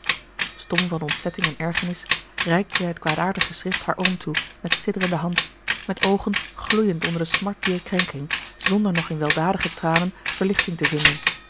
stom van ontzetting en ergernis reikte zij het kwaadaardig geschrift haar oom toe met sidderende hand met oogen gloeiend onder de smart dier krenking zonder nog in weldadige tranen verlichting te vinden